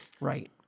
right